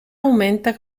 aumenta